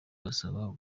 basaba